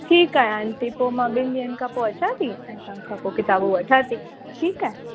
ठीकु आहे आंटी पोइ मां ॿिनि ॾींहंनि खां पोइ अचां थी ऐं तव्हां खां पोइ किताबूं वठां थी ठीकु आहे